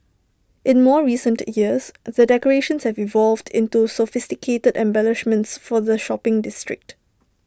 in more recent years the decorations have evolved into sophisticated embellishments for the shopping district